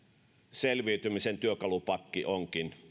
selviytymisen työkalupakki onkin